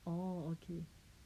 oh okay